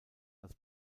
als